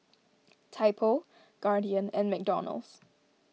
Typo Guardian and McDonald's